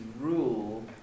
rule